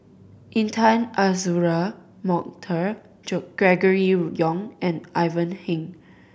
Intan Azura Mokhtar Gregory Yong and Ivan Heng